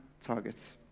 targets